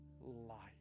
life